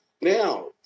Now